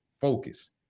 focus